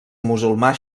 musulmà